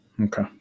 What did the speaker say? Okay